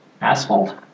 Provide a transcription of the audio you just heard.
Asphalt